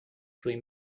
свои